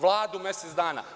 Vladu mesec dana.